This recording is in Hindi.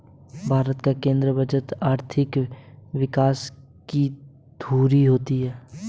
भारत का केंद्रीय बजट आर्थिक विकास की धूरी होती है